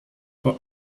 for